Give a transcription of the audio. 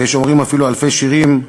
ויש אומרים אפילו 15,000, שירים,